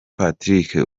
patrick